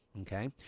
Okay